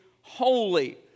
holy